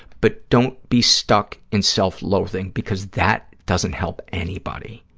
but don't be stuck in self-loathing because that doesn't help anybody,